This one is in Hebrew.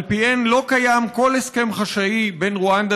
שעל פיהם לא קיים כל הסכם חשאי בין רואנדה